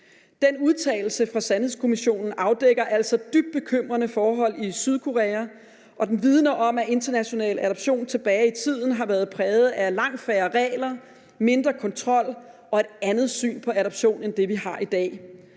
Den udtalelse fra Sandhedskommissionen afdækker altså dybt bekymrende forhold i Sydkorea, og den vidner om, at international adoption tilbage i tiden har været præget af langt færre regler, mindre kontrol og et andet syn på adoption end det, vi har i dag.